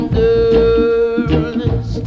girls